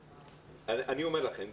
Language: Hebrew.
אני אומר לכם,